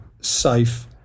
safe